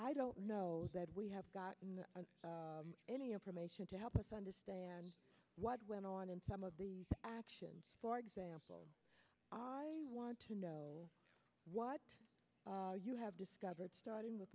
i don't know that we have gotten any information to help us understand what went on in some of the actions for example i want to know what you have discovered starting with